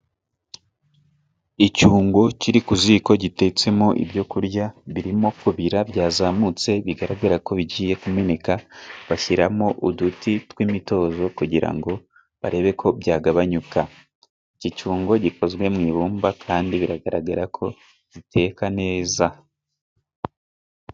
Icyungo kiri ku ziko, gitetsemo ibyo kurya birimo kubira, byazamutse bigaragara ko bigiye kumeneka, bashyiramo uduti tw'imitozo, kugira ngo barebe ko byagabanyuka. Iki cyungo gikozwe mu ibumba, kandi biragaragara ko giteka neza.